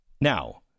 Now